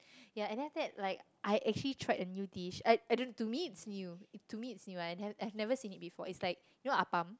ya and then after that like I actually tried a new dish I I don't know to me it's new to me it's new I've I've never seen it before it's like you know appam